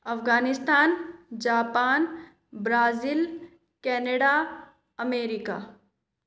Afghanistan Japan Brazil Canada America